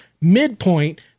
Midpoint